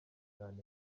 cyane